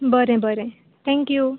बरें बरें थँक्यू